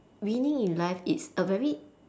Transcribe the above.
winning in life it's a very